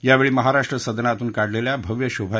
यावेळी महाराष्ट्र सदनातून काढलेल्या भव्य शोभा